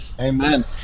Amen